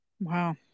Wow